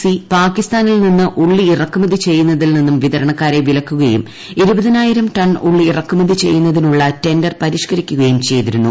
C പാകിസ്ഥാനിൽ നിന്ന് ഉള്ളി ഇറക്കുമതി ചെയ്യുന്നതിൽ നിന്നും വിതരണക്കാരെ വിലക്കുകയും ഇരുപതിനായിരം ടൺ ഉള്ളി ഇറക്കുമതി ചെയ്യുന്നതിനുള്ള ടെണ്ടർ പരിഷ്ക്കരിക്കുകയും ചെയ്തിരുന്നു